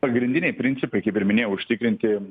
pagrindiniai principai kaip ir minėjau užtikrinti